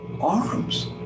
Arms